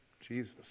Jesus